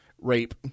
Rape